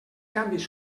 canvis